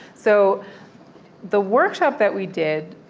so the workshop that we did,